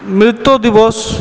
মৃত্যু দিবস